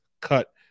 cut